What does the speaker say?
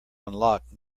unlock